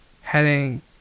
Heading